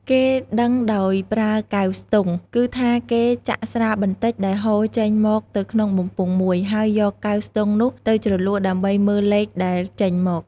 គេដឹងដោយប្រើកែវស្ទង់ គឺថាគេចាក់ស្រាបន្តិចដែលហូរចេញមកទៅក្នុងបំពង់មួយ ហើយយកកែងស្ទង់នោះទៅជ្រលក់ដើម្បីមើលលេខដែលចេញមក ។